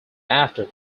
after